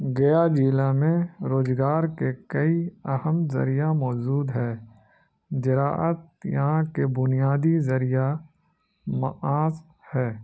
گیا جضلع میں روزگار کے کئی اہم ذریعہ موزود ہے زراعت یہاں کے بنیادی ذریعہ معس ہے